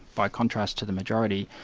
by contrast to the majority,